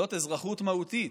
זאת אזרחות מהותית: